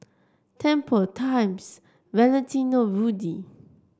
Tempur Times and Valentino Rudy